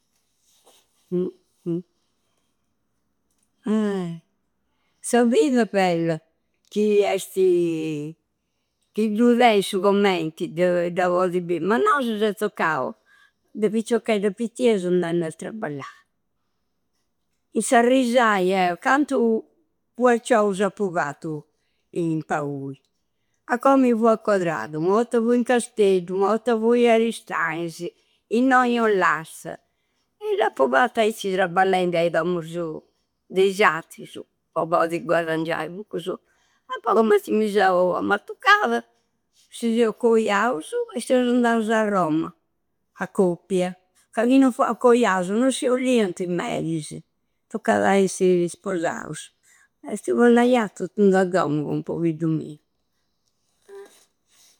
eh! Sa vida bella chi esti. Chi du teisi su commenti da podi bì. Ma nosu se toccau, de picciocchedda pittias andai a traballai. In sa risaia, cantu, guacciousu appu fattu in Paui. A commu fui accodradu, u otta fui in Casteddu, u otta fui ai Aristaisi, innoi i Ollasta. E d'appu fatta aicci traballende a i dommusu de is attrussu, po podi guadingi cun cussu. E poi commenti mi seu ammattuccada si seu coiausu e seusu andausu a Roma, a coppia. Ca chi no fuau coiausu no si ollianta i merisi, toccada a essi sposausu. Esti po liai i attu in dua dommu cun pobiddu miu. Ah!